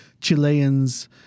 Chileans